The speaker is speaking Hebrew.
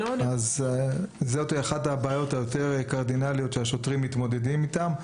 זאת אחת הבעיות היותר קרדינליות שהשוטרים מתמודדים איתן.